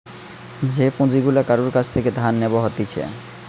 যে পুঁজি গুলা কারুর কাছ থেকে ধার নেব হতিছে